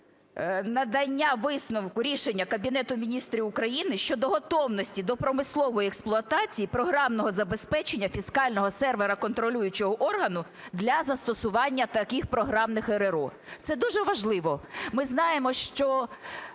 надання висновку рішення Кабінету Міністрів України щодо готовності до промислової експлуатації програмного забезпечення фіскального сервера контролюючого органу для застосування таких програмних РРО. Це дуже важливо. Ми знаємо, що